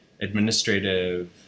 administrative